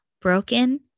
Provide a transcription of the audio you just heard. broken